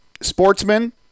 Sportsman